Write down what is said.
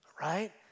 Right